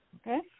Okay